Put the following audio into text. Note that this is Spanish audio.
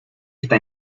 está